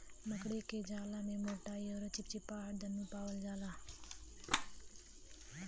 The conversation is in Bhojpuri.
मकड़ी क जाला में मोटाई अउर चिपचिपाहट दुन्नु पावल जाला